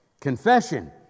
confession